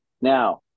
Now